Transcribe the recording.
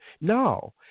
No